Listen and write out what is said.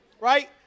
Right